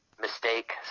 mistake